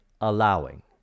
allowing